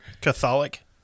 Catholic